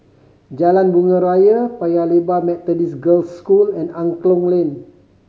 Jalan Bunga Raya Paya Lebar Methodist Girls' School and Angklong Lane